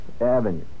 Avenue